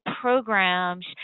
programs